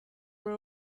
were